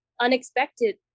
unexpected